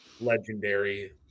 legendary